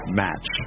match